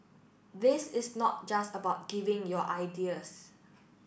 this is not just about giving your ideas